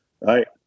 right